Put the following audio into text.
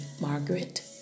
Margaret